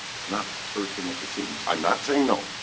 it's not bursting at the seams. i'm not saying no.